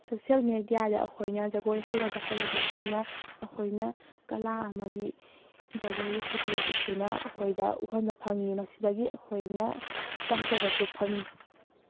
social ꯃꯦꯗꯤꯌꯥꯗ ꯑꯩꯈꯣꯏꯅ ꯖꯒꯣꯏ ꯍꯩꯔꯕ ꯍꯩꯔꯕꯤꯁꯤꯡꯅ ꯃꯈꯣꯏꯅ ꯀꯂꯥ ꯑꯃꯗꯤ ꯖꯒꯣꯏꯒꯤ ꯈꯨꯊꯦꯛ ꯎꯠꯇꯨꯅ ꯑꯩꯈꯣꯏꯗ ꯎꯍꯟꯕ ꯐꯪꯉꯤ ꯃꯁꯤꯗꯒꯤ ꯑꯩꯈꯣꯏꯅ ꯇꯝꯖꯕꯁꯨ ꯐꯪꯉꯤ